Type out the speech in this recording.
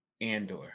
Andor